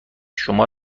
شما